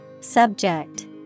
Subject